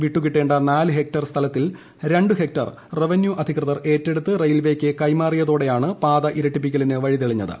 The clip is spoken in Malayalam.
വിട്ടു കിട്ടേണ്ട നാലും ഹെക്ടർ സ്ഥലത്തിൽ രണ്ടു ഹെക്ടർ റവന്യു അധികൃതർ ഏറ്റെടുത്ത് റയിൽവേക്ക് കൈമാറിയതോടെയാണ് പാത ഇരട്ടിപ്പിക്കലിന് വഴിതെളിഞ്ഞത്